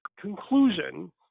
conclusion